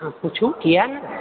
पुछू किये ने